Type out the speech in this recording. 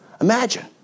Imagine